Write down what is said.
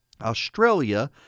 Australia